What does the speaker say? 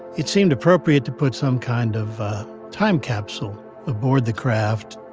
it seemed appropriate to put some kind of time capsule aboard the craft